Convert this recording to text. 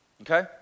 okay